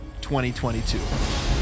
2022